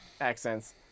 accents